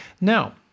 Now